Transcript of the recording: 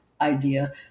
idea